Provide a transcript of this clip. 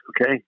okay